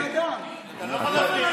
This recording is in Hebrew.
קצת תדבר כמו בן אדם, כמו בן אדם.